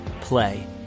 play